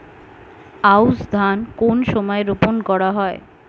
আউশ ধান কোন সময়ে রোপন করা হয়?